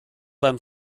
beim